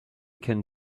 can